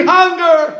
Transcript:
hunger